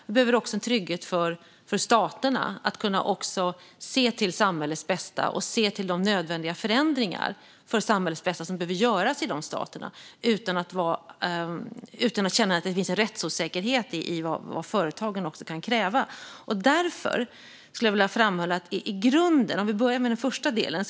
Det behövs också en trygghet för staterna att kunna se till samhällets bästa och de nödvändiga förändringar för samhällets bästa som behöver göras i de staterna utan att känna att det finns en rättsosäkerhet i vad företagen kan kräva. Vi kan börja med den första delen.